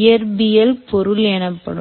இயற்பியல் பொருள் எனப்படும்